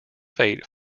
fate